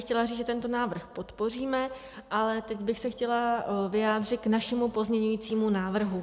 Chtěla bych říct, že tento návrh podpoříme, ale teď bych se chtěla vyjádřit k našemu pozměňovacímu návrhu.